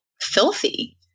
filthy